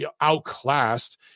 outclassed